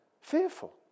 Fearful